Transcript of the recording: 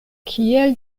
kiel